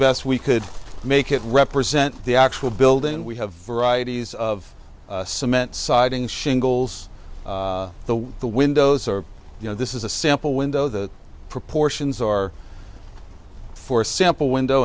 best we could make it represent the actual building we have varieties of cement siding shingles the way the windows are you know this is a simple window the proportions are for sample window